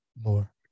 more